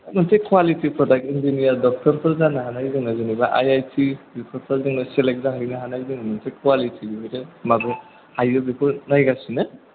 मोनसे कवालिटि प्रदाक इनजिनियार डाक्टरफोर जानो हानाय जोङो जेनोबा आइ आइ थि बेफोरफ्राव जोङो सेलेक जाहैनो हानाय जोङो मोनसे कवालिटि बेफोरखौ माबोरै हायो बेखौ नायगासिनो